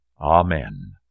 Amen